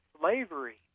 slavery